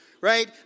right